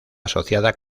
asociada